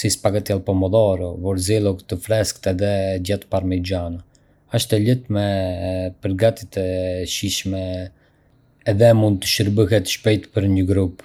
si spaghetti me pumdora, borzilok të freskët edhe djathë parmigiano. Asht e lehtë me e përgatitë, e shijshme edhe mund të shërbehet shpejt për një grup.